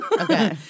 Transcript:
Okay